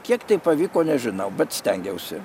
kiek tai pavyko nežinau bet stengiausi